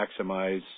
maximize